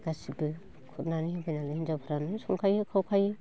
गासिबो खुरनानै होबायनालाय हिनजावफ्रानो संखायो खावखायो